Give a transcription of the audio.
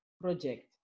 project